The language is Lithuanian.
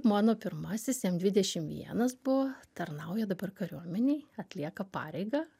mano pirmasis jam dvidešim vienas bu tarnauja dabar kariuomenėj atlieka pareigą